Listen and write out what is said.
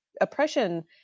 oppression